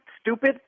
stupid